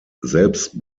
selbst